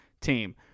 team